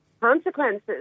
consequences